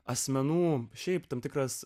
asmenų šiaip tam tikras